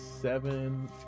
Seven